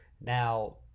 now